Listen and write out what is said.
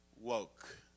woke